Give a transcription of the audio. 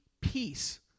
peace